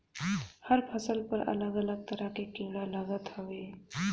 हर फसल पर अलग अलग तरह के कीड़ा लागत हवे